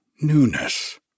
newness